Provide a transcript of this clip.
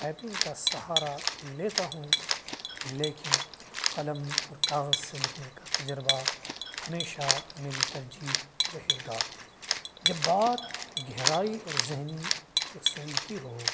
typing کا سہارا لیتا ہوں لیکن قلم اور کاغذ سے لکھنے کا تجربہ ہمیشہ میری ترجیح رہے گا جب بات گہرائی اور ذہنی یکسوئی کی ہو